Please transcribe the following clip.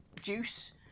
juice